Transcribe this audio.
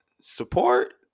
support